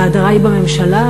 ההדרה היא בממשלה,